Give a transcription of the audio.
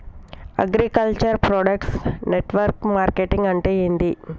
Agriculture product network marketing అంటే ఏంది?